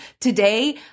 Today